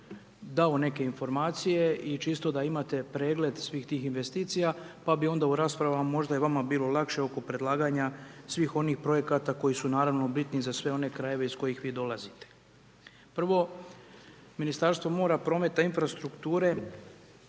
dao neke informacije i čisto da imate pregled svih tih investicija, pa bi onda u raspravama možda i vama bilo lakše oko predlaganja svih onih projekata koji su, naravno, bitni za sve one krajeve iz kojih vi dolazite. Prvo, Ministarstvo mora, prometa, infrastrukture